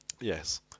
yes